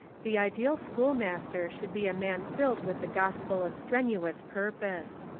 the ideal schoolmaster should be a man filled with the gospel of strenu ous purpose.